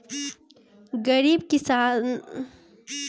गरीब किसानन के सरकार सोसाइटी पे बिया खाद मुफ्त में दे तिया